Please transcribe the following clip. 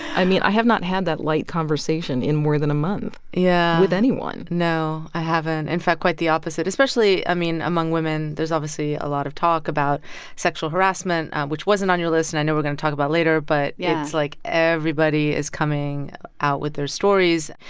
i mean, i have not had that light conversation in more than a month. yeah. with anyone no, i haven't. in fact, quite the opposite. especially, i mean, among women, there's obviously a lot of talk about sexual harassment, which wasn't on your list and i know we're going to talk about later. but. yeah. it's like everybody is coming out with their stories.